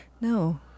no